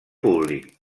públic